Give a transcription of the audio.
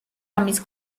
ამის